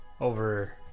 over